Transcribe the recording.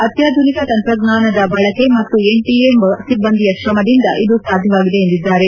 ಅತ್ಲಾಧುನಿಕ ತಂತ್ರಜ್ಞನದ ಬಳಕೆ ಮತ್ತು ಎನ್ಟಿಎ ಸಿಭ್ಗಂದಿಯ ಶ್ರಮದಿಂದ ಇದು ಸಾಧ್ಯವಾಗಿದೆ ಎಂದಿದ್ದಾರೆ